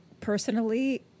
personally